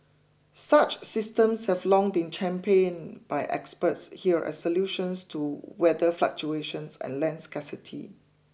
such systems have long been champion by experts here as solutions to weather fluctuations and land scarcity